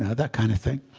and that kind of thing.